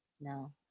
No